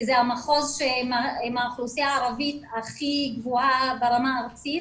כי זה המחוז עם האוכלוסייה הערבית הכי גבוהה ברמה הארצית,